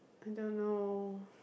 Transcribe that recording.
I don't know